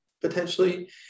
potentially